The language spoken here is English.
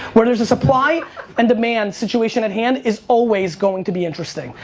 where there is a supply and demand situation at hand is always going to be interesting,